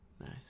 Nice